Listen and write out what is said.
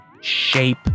shape